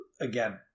again